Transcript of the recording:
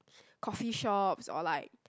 coffee-shops or like